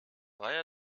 reihe